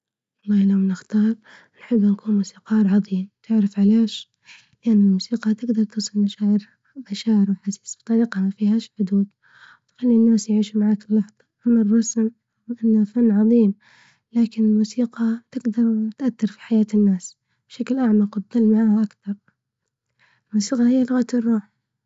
والله لو نختارنحب نكون موسيقار عظيم. تعرف علاش؟ لإن الموسيقى تقدر توصل مشاعر وأحاسيس بطريقة ما فيهاش حدود وتخلي الناس يعيشوا معك لحظة، أما الرسم رغم إنة فن عظيم. لكن الموسيقى تقدرإنها تأثر في حياة الناس بشكل أعمق، وتضل معاها أكثر. إن شاء الله هي لغة الروح.